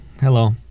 Hello